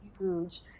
huge